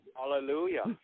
Hallelujah